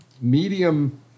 medium